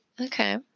Okay